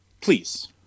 please